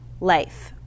life